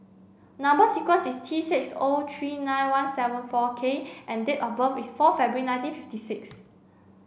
number sequence is T six O three nine one seven four K and date of birth is four February nineteen fifty six